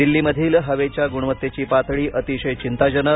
दिल्लीमधील हवेच्या गुणवत्तेची पातळी अतिशय चिंताजनक